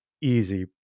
easy